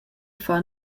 far